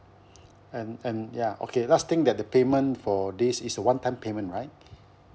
and and ya okay last thing that the payment for this is a one time payment right